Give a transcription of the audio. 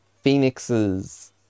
phoenixes